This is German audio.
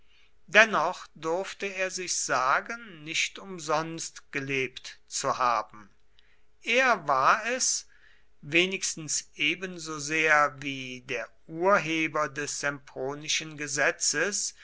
dennoch durfte er sich sagen nicht umsonst gelebt zu haben er war es wenigstens ebensosehr wie der urheber des sempronischen gesetzes